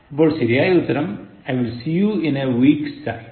അപ്പോൾ ശരിയായ ഉത്തരം I will see you in a week's time